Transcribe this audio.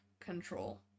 control